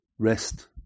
Rest